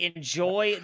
Enjoy